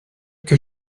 que